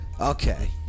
Okay